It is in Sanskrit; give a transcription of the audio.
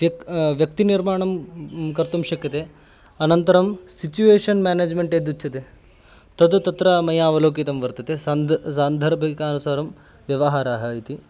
व्यक् व्यक्तिनिर्माणं कर्तुं शक्यते अनन्तरं सिचुवेशन् मेनेजमेण्ट् यद् उच्यते तद् तत्र मया अवलोकितं वर्तते सन्दर्भे सान्दर्भिकानुसारं व्यवहारः इति